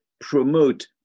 promote